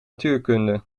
natuurkunde